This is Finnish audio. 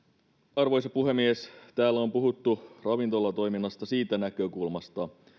arvoisa puhemies täällä on puhuttu ravintolatoiminnasta siitä näkökulmasta